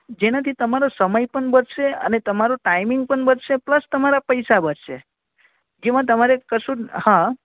જેનાથી તમારો સમય પણ બચશે અને તમારો ટાઈમિંગ પણ બચશે પ્લસ તમારા પૈસા બચશે જેમાં તમારે કશું જ હા